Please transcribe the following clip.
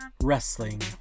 Wrestling